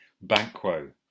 Banquo